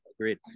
great